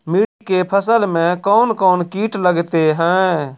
मिर्ची के फसल मे कौन कौन कीट लगते हैं?